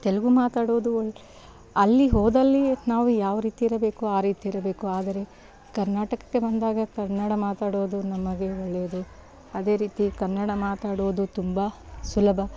ತೆಲುಗು ಮಾತಾಡುವುದು ಅಲ್ಲಿ ಹೋದಲ್ಲಿ ನಾವು ಯಾವ ರೀತಿ ಇರಬೇಕೊ ಆ ರೀತಿ ಇರಬೇಕು ಆದರೆ ಕರ್ನಾಟಕಕ್ಕೆ ಬಂದಾಗ ಕನ್ನಡ ಮಾತಾಡೋದು ನಮಗೆ ಒಳ್ಳೇದು ಅದೇ ರೀತಿ ಕನ್ನಡ ಮಾತಾಡೋದು ತುಂಬ ಸುಲಭ